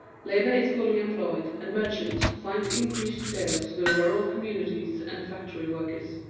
labor is fully employed and merchants find increased sales to the rural communities and factory workers.